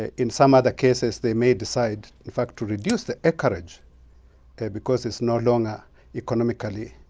ah in some other cases, they may decide, in fact, to reduce the acreage because it's no longer economically